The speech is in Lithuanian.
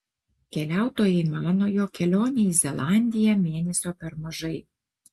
keliautojai mano jog kelionei į zelandiją mėnesio per mažai